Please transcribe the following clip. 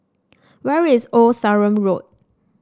where is Old Sarum Road